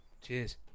Cheers